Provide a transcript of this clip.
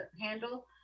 handle